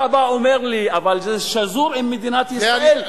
בא ואומר לי: אבל זה שזור עם מדינת ישראל,